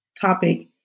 topic